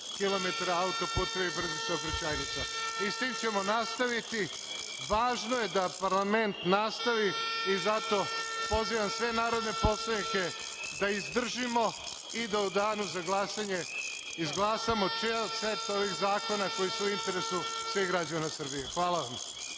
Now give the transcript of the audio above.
autoputeva i brzih saobraćajnica. Sa time ćemo nastaviti. Važno je da parlament nastavi. Zato pozivam sve narodne poslanike da izdržimo i da u danu za glasanje izglasamo ceo set ovih zakona koji su u interesu svih građana Srbije. Hvala vam.